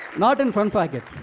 not in front pocket.